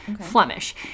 Flemish